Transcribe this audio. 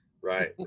right